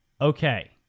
okay